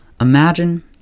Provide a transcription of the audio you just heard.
Imagine